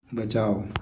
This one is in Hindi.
बचाओ